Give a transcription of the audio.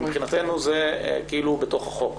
מבחינתנו זה כאילו הוא בתוך החוק,